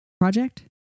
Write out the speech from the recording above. project